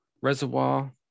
reservoir